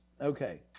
Okay